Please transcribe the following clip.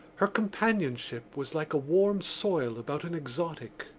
her companionship was like a warm soil about an exotic.